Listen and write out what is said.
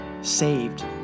saved